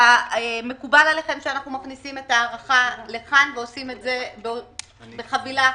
ומקובל עליכם שאנחנו מכניסים את ההארכה לכאן ועושים את זה בחבילה אחת,